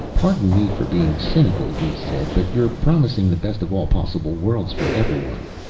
pardon me for being cynical, rhes said, but you're promising the best of all possible worlds for everyone.